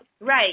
Right